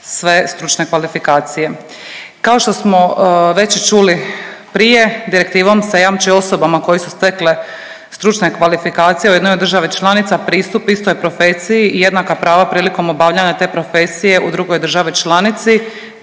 sve stručne kvalifikacije. Kao što smo već čuli prije direktivom se jamči osobama koje su stekle stručne kvalifikacije u jednoj od države članice pristup istoj profesiji i jednaka prava prilikom obavljanja te profesije u drugoj državi članici